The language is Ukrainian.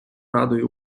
радою